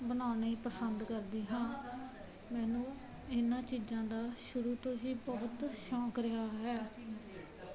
ਬਣਾਉਣੇ ਪਸੰਦ ਕਰਦੀ ਹਾਂ ਮੈਨੂੰ ਇਹਨਾਂ ਚੀਜ਼ਾਂ ਦਾ ਸ਼ੁਰੂ ਤੋਂ ਹੀ ਬਹੁਤ ਸ਼ੌਕ ਰਿਹਾ ਹੈ